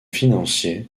financiers